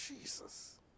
Jesus